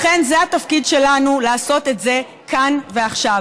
לכן, זה התפקיד שלנו לעשות את זה כאן ועכשיו.